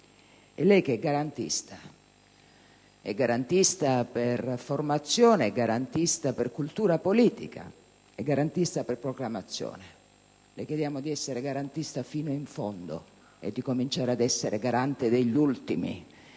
A lei che è garantista, e lo è per formazione, per cultura politica e per proclamazione, le chiediamo di essere garantista fino in fondo e di cominciare ad essere garante degli ultimi.